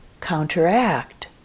counteract